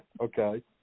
Okay